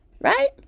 right